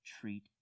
treat